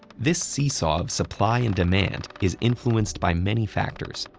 this see-saw of supply and demand is influenced by many factors.